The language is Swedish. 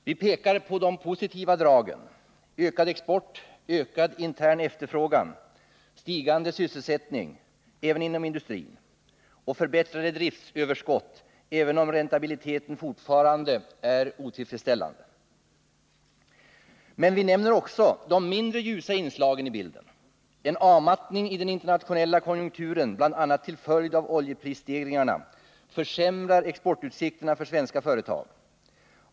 Vi pekar på de positiva dragen, ökad export, ökad intern efterfrågan, stigande sysselsättning — även inom industrin — och förbättrade driftöverskott, även om räntabiliteten fortfarande är otillfredsställande. Men vi nämner också de mindre ljusa inslagen i bilden. En avmattning i den internationella konjunkturen, bl.a. till följd av oljeprisstegringarna, försämrar exportutsikterna för svenska företag.